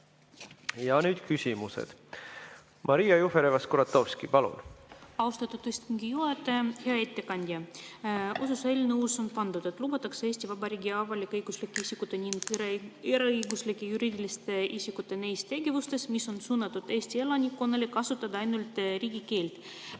Ja nüüd küsimused. Maria Jufereva-Skuratovski, palun! Austatud istungi juhataja! Hea ettekandja! Eelnõus on kirja pandud, et lubatakse Eesti Vabariigi avalik-õiguslike isikute ning eraõiguslike juriidiliste isikute neis tegevustes, mis on suunatud Eesti elanikkonnale, kasutada ainult riigikeelt.